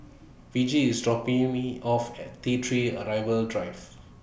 Virgie IS dropping Me off At T three Arrival Drive